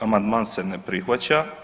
Amandman se ne prihvaća.